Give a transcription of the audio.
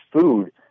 food